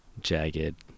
jagged